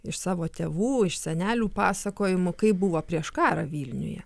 iš savo tėvų iš senelių pasakojimų kaip buvo prieš karą vilniuje